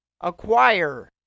acquire